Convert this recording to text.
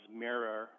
mirror